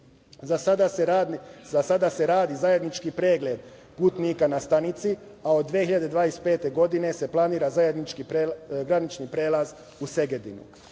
Za sada se radi zajednički pregled putnika na stanici, a od 2025. godine se planira granični prelaz u Segedinu. Do